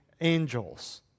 angels